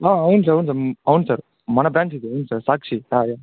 అవును సార్ అవును సార్ అవును సర్ మన బ్రాంచ్ది అవును సార్ సాక్షి యా